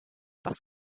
parce